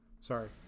Sorry